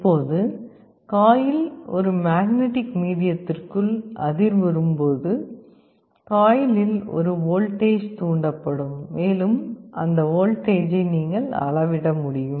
இப்போது காயில் ஒரு மேக்னெட்டிக் மீடியத்திற்குள் அதிர்வுறும் போது காயிலில் ஒரு வோல்டேஜ் தூண்டப்படும் மேலும் அந்த வோல்டேஜை நீங்கள் அளவிட முடியும்